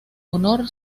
honor